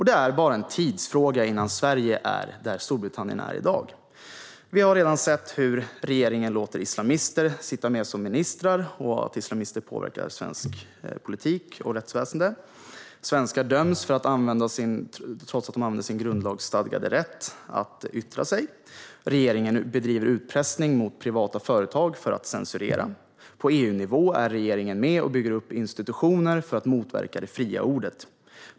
Det är bara en tidsfråga innan Sverige är där Storbritannien är i dag. Vi har redan sett hur regeringen tillåter islamister som ministrar och att islamister får påverka svensk politik och svenskt rättsväsen. Svenskar döms trots att de bara använt sin grundlagsstadgade rätt att yttra sig. Regeringen bedriver utpressning mot privata företag att censurera. På EU-nivå är regeringen med och bygger upp institutioner för att motverka det fria ordet.